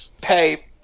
pay